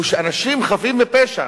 הוא שאנשים חפים מפשע,